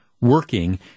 working